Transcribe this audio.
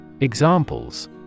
Examples